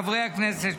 חברי הכנסת,